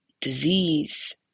disease